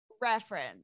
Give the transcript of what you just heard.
reference